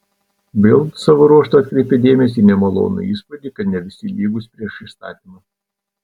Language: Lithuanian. bild savo ruožtu atkreipė dėmesį į nemalonų įspūdį kad ne visi lygūs prieš įstatymą